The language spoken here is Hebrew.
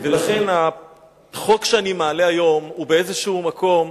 לכן החוק שאני מעלה היום הוא באיזשהו מקום